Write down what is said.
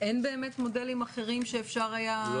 אין באמת מודלים אחרים שאפשר היה ---?